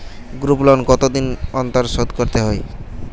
Group loan কতদিন অন্তর শোধকরতে হয়?